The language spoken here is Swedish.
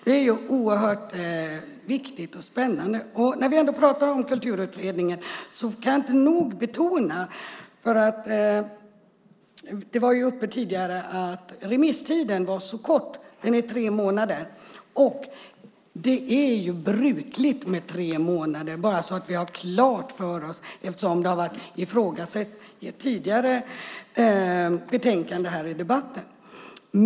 Det är ju oerhört viktigt och spännande. På tal om Kulturutredningen talades det tidigare om att remisstiden var så kort; den är tre månader. Jag vill betona att det är brukligt med tre månader - bara så att vi har det klart för oss eftersom det har ifrågasatts i ett tidigare betänkande i debatten.